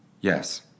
Yes